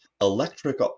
electric